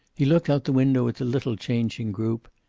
he looked out the window at the little, changing group.